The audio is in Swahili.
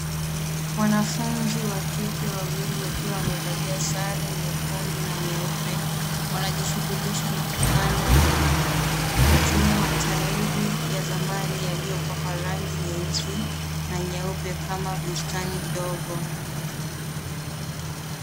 Wanafuzi wa kike wawili wakiwa wamevalia sare nyekundu na nyeupe, wanajishughulisha na kupanda mimea. Wanatumia matairi ya zamani yaliyopakwa rangi nyeusi na nyeupe kama bustani ndogo.